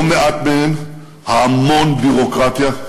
לא מעט מהם המון ביורוקרטיה,